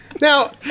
Now